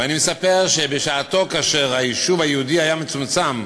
ואני מספר שבשעתו, כאשר היישוב היהודי היה מצומצם,